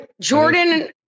Jordan